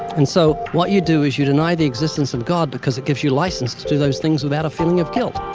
and so what you do is you deny the existence of god because it gives you license to do those things without a feeling of guilt.